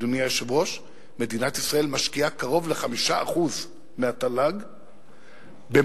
אדוני היושב-ראש: מדינת ישראל משקיעה קרוב ל-5% מהתל"ג במו"פ,